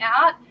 out